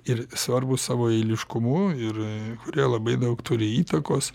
ir svarbūs savo eiliškumu ir kurie labai daug turi įtakos